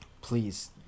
Please